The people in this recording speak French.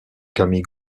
camille